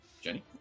Jenny